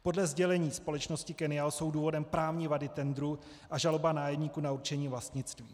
Podle sdělení společnosti Kennial jsou důvodem právní vady tendru a žaloba nájemníků na určení vlastnictví.